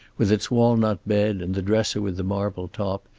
with its walnut bed and the dresser with the marble top,